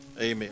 Amen